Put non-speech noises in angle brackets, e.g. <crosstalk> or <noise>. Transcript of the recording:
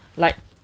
like <noise>